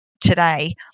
today